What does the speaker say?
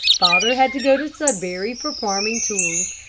father had to go to sudbury for farming tools,